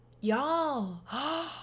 y'all